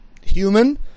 human